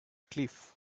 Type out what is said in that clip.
cliff